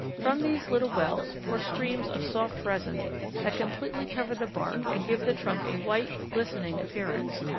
from these little wells pour streams of soft resin that completely cover the bark and give the trunk a white, glistening appearance,